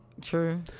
True